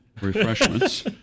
refreshments